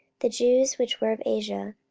the jews which were of asia,